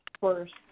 first